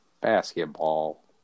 Basketball